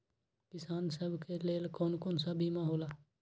किसान सब के लेल कौन कौन सा बीमा होला?